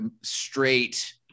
straight